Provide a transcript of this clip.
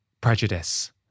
prejudice